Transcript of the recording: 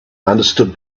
understood